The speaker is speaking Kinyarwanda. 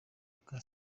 bwa